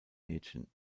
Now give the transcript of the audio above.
mädchen